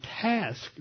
task